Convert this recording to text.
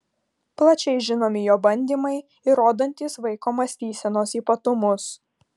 plačiai žinomi jo bandymai įrodantys vaiko mąstysenos ypatumus